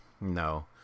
no